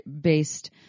based